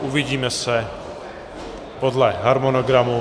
Uvidíme se podle harmonogramu.